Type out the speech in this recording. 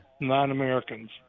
non-Americans